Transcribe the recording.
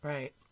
Right